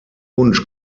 wunsch